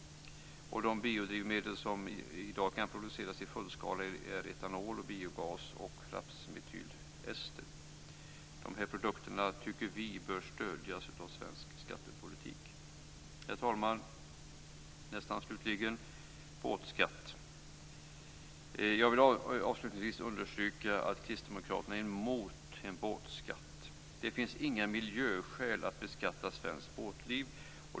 De biodrivmedel som i dag kan produceras i fullskala är etanol, biogas och rapsmetylester. De här produkterna tycker vi bör stödjas av svensk skattepolitik. Herr talman! Så några ord om båtskatt. Jag vill avslutningsvis understryka att Kristdemokraterna är emot en båtskatt. Det finns inga miljöskäl att beskatta svenskt båtliv.